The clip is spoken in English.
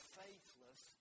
faithless